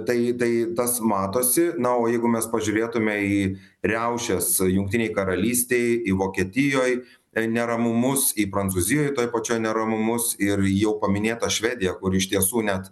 tai tai tas matosi na o jeigu mes pažiūrėtumėme į riaušes jungtinėj karalystėj į vokietijoj neramumus į prancūzijoj toj pačioj neramumus ir jau paminėtą švediją kur iš tiesų net